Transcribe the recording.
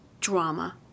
drama